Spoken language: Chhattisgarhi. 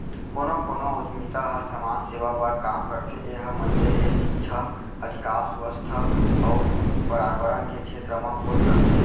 कोनो कोनो उद्यमिता ह समाज सेवा बर काम करथे ए ह मनसे के सिक्छा, अधिकार, सुवास्थ अउ परयाबरन के छेत्र म खोज करथे